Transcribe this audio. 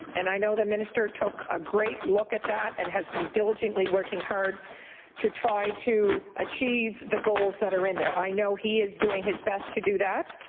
and i know the minister took a great look at that and had has been diligently working hard to try to achieve the goals that are in there. i know he is doing his best to do that,